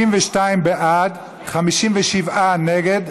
52 בעד, 57 נגד.